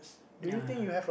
ya